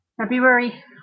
February